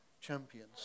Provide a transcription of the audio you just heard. champions